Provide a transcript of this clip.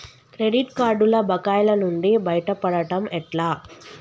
Credit కార్డుల బకాయిల నుండి బయటపడటం ఎట్లా?